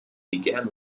began